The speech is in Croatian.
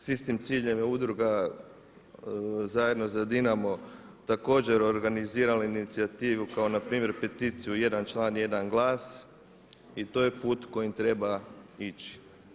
S istim ciljem je Udruga „Zajedno za Dinamo“ također organizirala inicijativu kao npr. peticiju „Jedan član, jedan glas“ i to je put kojim treba ići.